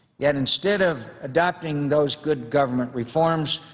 yet, instead of adopting those good government reforms,